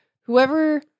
Whoever